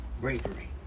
Bravery